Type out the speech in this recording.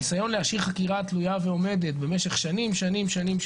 הניסיון להשאיר חקירה תלויה ועומדת במשך שנים שנים,